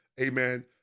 amen